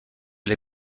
l’ai